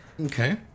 Okay